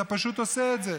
אתה פשוט עושה את זה.